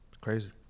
crazy